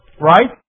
Right